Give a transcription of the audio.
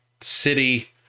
city